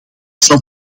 zal